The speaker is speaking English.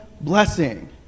blessing